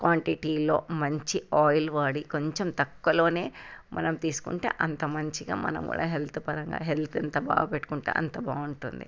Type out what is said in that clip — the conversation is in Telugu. క్వాంటిటీలో మంచి ఆయిల్ వాడి కొంచెం తక్కువలో మనం తీసుకుంటే అంత మంచిగా మనం కూడా హెల్త్ పరంగా హెల్త్ ఎంత బాగా పెట్టుకుంటే అంతా బాగుంటుంది